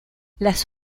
las